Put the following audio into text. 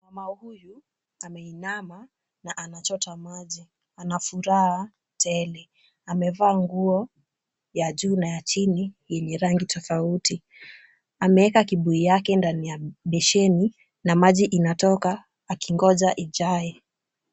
Mama huyu ameinama na anachota maji. Ana furaha tele. Amevaa nguo ya juu na ya chini yenye rangi tofauti. Ameeka kibuyu yake ndani ya besheni na maji inatoka akingoja ijae.